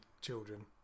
children